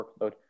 workload